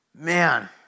Man